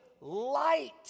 light